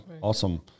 awesome